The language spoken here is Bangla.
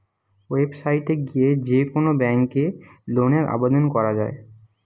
ওয়েবসাইট এ গিয়ে যে কোন ব্যাংকে লোনের আবেদন করা যায়